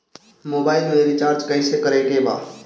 Mobile में recharge कइसे करे के बा?